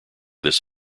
this